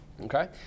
okay